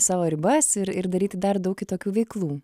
savo ribas ir ir daryti dar daug kitokių veiklų